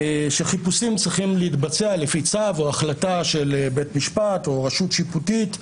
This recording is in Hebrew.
חיפושים צריכים להתבצע לפי צו או החלטה של בית משפט או רשות שיפוטית,